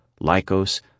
Lycos